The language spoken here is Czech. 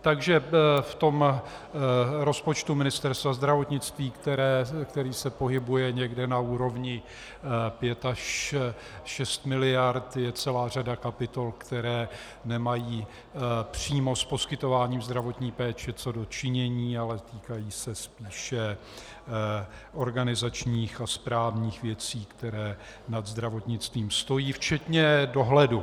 Takže v tom rozpočtu Ministerstva zdravotnictví, který se pohybuje někde na úrovni 5 až 6 miliard, je celá řada kapitol, které nemají přímo s poskytováním zdravotní péče co do činění, ale týkají se spíše organizačních a správních věcí, které nad zdravotnictvím stojí, včetně dohledu.